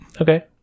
Okay